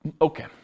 Okay